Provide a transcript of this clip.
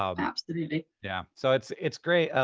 um absolutely. yeah, so it's it's great.